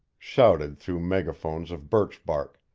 shouted through megaphones of birch-bark,